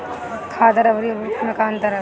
खादर अवरी उर्वरक मैं का अंतर हवे?